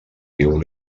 diu